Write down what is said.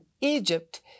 Egypt